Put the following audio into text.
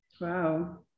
Wow